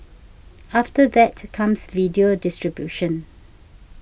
after that comes video distribution